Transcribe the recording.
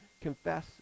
confess